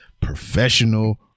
professional